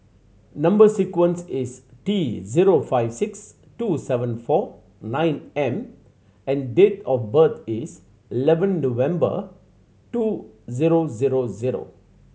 number sequence is T zero five six two seven four nine M and date of birth is eleven November two zero zero zero